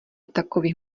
takových